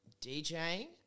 DJing